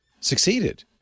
succeeded